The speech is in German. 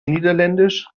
niederländisch